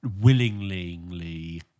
willingly